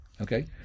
Okay